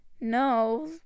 No